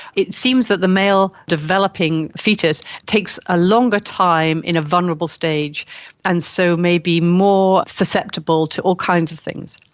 it seems that the male developing foetus takes a longer time in a vulnerable stage and so may be more susceptible to all kinds of things.